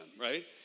right